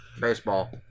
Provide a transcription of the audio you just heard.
Baseball